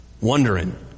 wondering